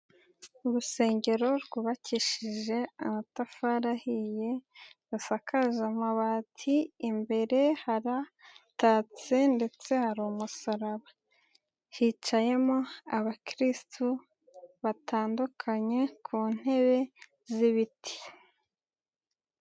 Urusengero rwubakishije amatafari ahiye, basakaza amabati imbere haratatse ndetse hari umusaraba. Hicayemo abakirisitu, batandukanye ku ntebe z'ibiti.